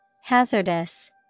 Hazardous